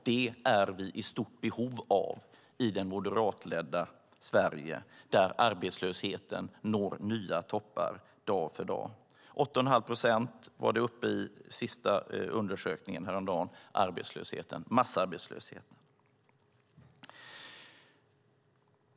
Dem är vi i stort behov av i det moderatledda Sverige där arbetslösheten når nya toppar dag för dag. 8 1⁄2 procent var massarbetslösheten uppe i vid den senaste undersökningen häromdagen.